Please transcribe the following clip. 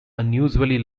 unusually